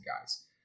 guys